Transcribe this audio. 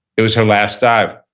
it was her last dive.